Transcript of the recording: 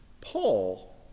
Paul